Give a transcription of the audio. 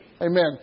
Amen